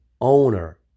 owner